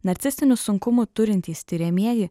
narcistinių sunkumų turintys tiriamieji